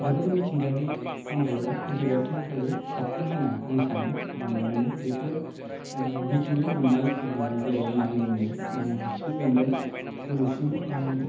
बेफोर मिथिंगायारि फाहामथायारिफोरा एन्टिबाय'टिक निफ्रायबो साबसिन होनना आं सानो मानोना बेफोर मिथिंगायाव मोननाय जेरै मानिमुनि खिफिबेन्दों थुलुसि